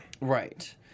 Right